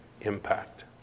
impact